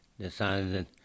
decided